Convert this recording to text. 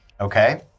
okay